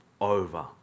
over